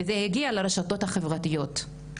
וזה הגיע לרשתות החברתיות.